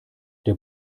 der